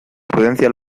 prudencia